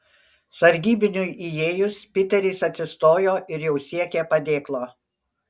sargybiniui įėjus piteris atsistojo ir jau siekė padėklo